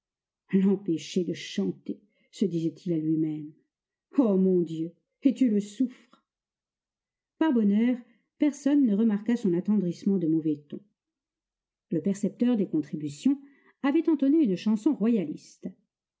rhin l'empêcher de chanter se disait-il à lui-même ô mon dieu et tu le souffres par bonheur personne ne remarqua son attendrissement de mauvais ton le percepteur des contributions avait entonné une chanson royaliste